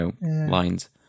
lines